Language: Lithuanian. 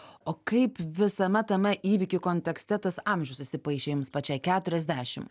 o kaip visame tame įvykių kontekste tas amžius įsipaišė jums pačiai keturiasdešim